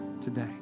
today